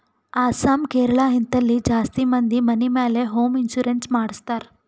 ಅಸ್ಸಾಂ, ಕೇರಳ, ಹಿಂತಲ್ಲಿ ಜಾಸ್ತಿ ಮಂದಿ ಮನಿ ಮ್ಯಾಲ ಹೋಂ ಇನ್ಸೂರೆನ್ಸ್ ಮಾಡ್ತಾರ್